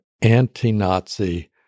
anti-Nazi